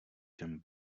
jsem